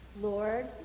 Lord